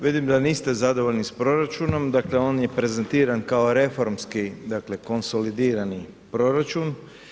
Vidim da niste zadovoljni s proračunom, dakle on je prezentiran kao reformski konsolidirani proračun.